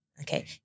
Okay